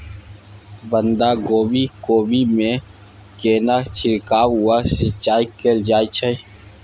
बंधागोभी कोबी मे केना छिरकाव व सिंचाई कैल जाय छै?